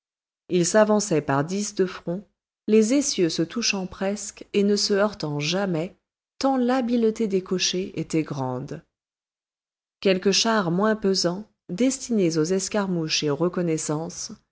ils s'avançaient par dix de front les essieux se touchant presque et ne se heurtant jamais tant l'habileté des cochers était grande quelques chars moins pesants destinés aux escarmouches et aux reconnaissances